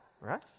right